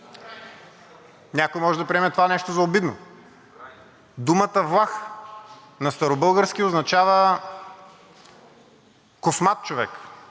Някой може да приеме това нещо за обидно. Думата влах на старобългарски означава космат човек.